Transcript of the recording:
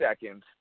seconds